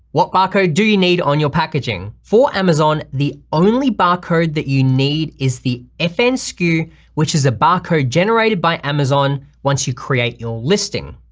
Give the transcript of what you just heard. what barcode do you need on your packaging? for amazon the only barcode that you need is the fnsku which is a barcode generated by amazon once you create your listing.